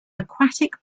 aquatic